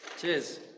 Cheers